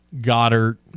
Goddard